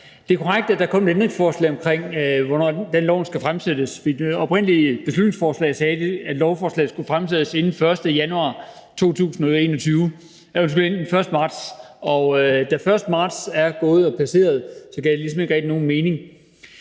Det er korrekt, at der er kommet et ændringsforslag om, hvornår lovforslaget skal fremsættes. I det oprindelige beslutningsforslag fremgik det, at lovforslaget skulle fremsættes inden den 1. marts 2021, men da vi har passeret den 1. marts, gav det ligesom ikke rigtig nogen mening.